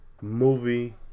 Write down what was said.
movie